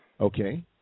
Okay